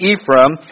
Ephraim